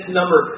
number